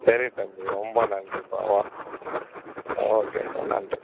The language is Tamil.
சரி தம்பி ரொம்ப நன்றிப்பா வா ஓகேப்பா நன்றிப்பா